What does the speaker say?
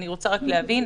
אני רוצה רק להבין,